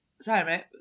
Sorry